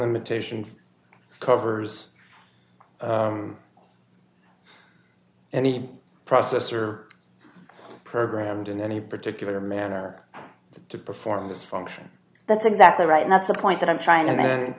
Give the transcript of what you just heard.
limitations covers any process or programmed in any particular manner to perform this function that's exactly right and that's the point that i'm trying to ma